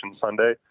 Sunday